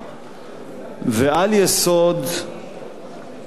ועל יסוד אותן המלצות,